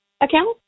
Account